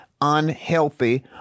unhealthy